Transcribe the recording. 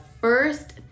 first